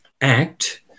act